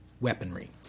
weaponry